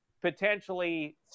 potentially